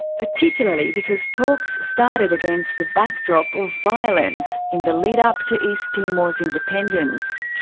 particularly because talks started against the backdrop of violence in the lead-up to east timor's independence.